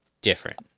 different